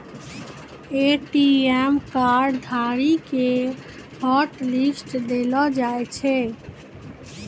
ATM card धारी के hotlist देलो जाय छै